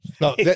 No